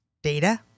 Data